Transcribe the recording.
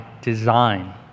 design